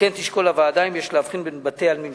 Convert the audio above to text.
"כן תשקול הוועדה אם יש להבחין בין בתי-עלמין